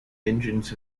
engines